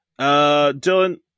Dylan